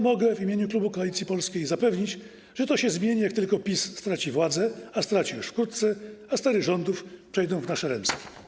Mogę w imieniu klubu Koalicji Polskiej zapewnić, że to się zmieni, jak tylko PiS straci władzę - a straci już wkrótce - a stery rządów przejdą w nasze ręce.